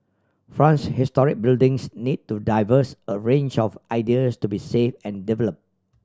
France historic buildings need to diverse a range of ideas to be save and develop